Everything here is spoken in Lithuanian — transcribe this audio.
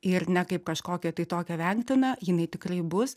ir ne kaip kažkokią tai tokią vengtiną jinai tikrai bus